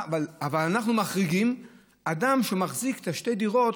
אבל אנחנו מחריגים אדם שמחזיק את שתי הדירות